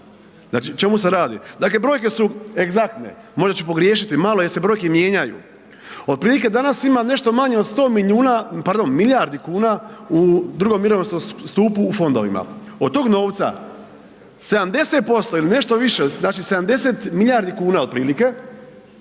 znači o čemu se radi. Dakle brojke su egzaktne, možda ću pogriješiti malo jer se brojke mijenjaju. Otprilike danas ima nešto manje od 100 milijardi kuna u drugom mirovinskom stupu u fondovima, od tog novca 70% ili nešto više znači 70 milijardi kuna otprilike